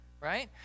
Right